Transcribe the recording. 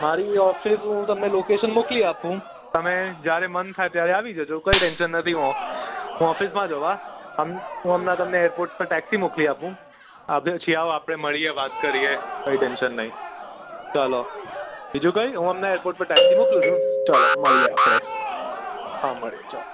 મારી ઓફિસ હું તમને લોકેશન મોકલી આપું તમે જ્યારે મન થાય ત્યારે આવી જજો કંઈ ટેન્સન નથી હું હું ઓફિસમાં જ હોવા આમ હું હમણાં તમને એરપોર્ટ પર ટેક્સી મોકલી આપું હા પછી આવો આપણે મળીએ વાત કરીએ કંઈ ટેન્સન નહીં ચાલો બીજું કંઈ હું હમણાં એરપોર્ટ પર ટેક્સી મોકલું છું ચાલો મળીએ આપણે હા મળીએ ચાલો